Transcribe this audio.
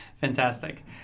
Fantastic